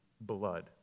blood